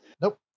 Nope